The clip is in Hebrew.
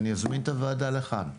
אני אזמין את הוועדה לכאן הבין-משרדית,